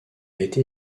été